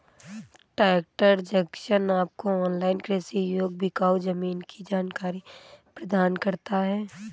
tractor junction आपको online कृषि योग्य बिकाऊ जमीन की जानकारी प्रदान करता है